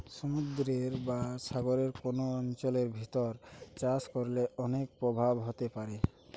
সমুদ্রের বা সাগরের কোন অঞ্চলের ভিতর চাষ করলে অনেক প্রভাব হতে পারে